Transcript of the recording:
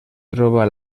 troba